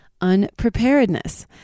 unpreparedness